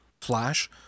Flash